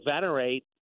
venerate